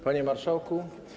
Panie Marszałku!